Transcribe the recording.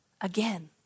again